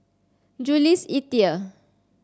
Jules Itier